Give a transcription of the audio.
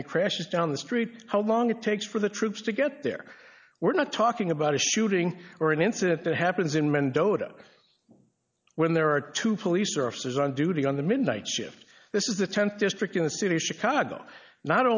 and crashes down the street how long it takes for the troops to get there we're not talking about a shooting or an incident that happens in mendota when there are two police officers on duty on the midnight shift this is the th district in the city of chicago not